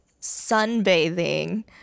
sunbathing